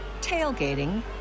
tailgating